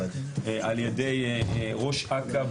על ידי ראש אכ"א,